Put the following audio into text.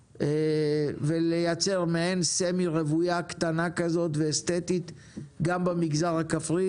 ולייצר סמי רוויה קטנה ואסתטית גם במגזר הכפרי.